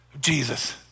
Jesus